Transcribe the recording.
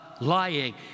lying